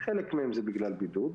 חלק מהם זה בגלל בידוד,